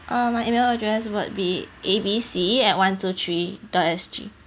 oh my email address would be A B C at one two three dot S G